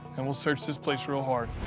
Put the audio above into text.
and we'll search this place real hard.